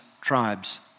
tribes